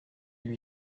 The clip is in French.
lui